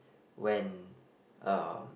when uh